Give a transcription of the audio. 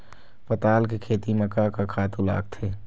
पताल के खेती म का का खातू लागथे?